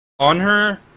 Onher